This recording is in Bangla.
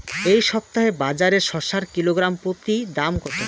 এই সপ্তাহে বাজারে শসার কিলোগ্রাম প্রতি দাম কত?